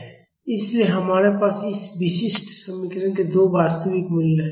इसलिए हमारे पास इस विशिष्ट समीकरण के दो वास्तविक मूल हैं